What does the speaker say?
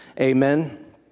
Amen